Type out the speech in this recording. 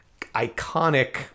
iconic